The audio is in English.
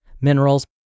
minerals